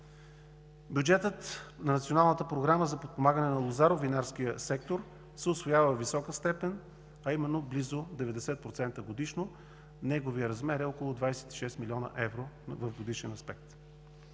програма за подпомагане на лозаро-винарския сектор се усвоява във висока степен, а именно близо 90% годишно. Неговият размер е около 26 млн. евро в годишен аспект.